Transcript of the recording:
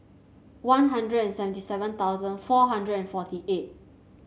One Hundred and seventy seven thousand four hundred and forty eight